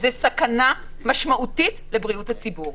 זו סכנה משמעותית לבריאות הציבור.